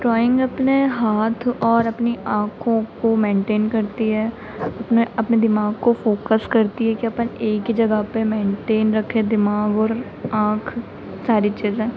drawing अपने हाथ और अपनी आँखों को मेन्टेन करती है अपने अपने दिमाग को फोकस करती है कि अपन एक जगह पर मेन्टेन रखे दिमाग और आँख सारी चीज़ें